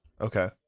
Okay